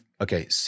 Okay